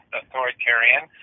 authoritarian